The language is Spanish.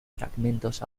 fragmentos